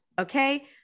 Okay